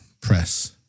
press